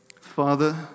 Father